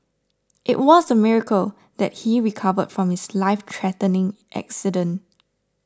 it was a miracle that he recover from his life threatening accident